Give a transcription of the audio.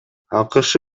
акш